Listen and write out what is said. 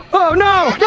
oh no!